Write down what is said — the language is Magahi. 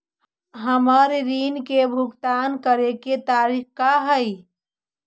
हमर ऋण के भुगतान करे के तारीख का हई?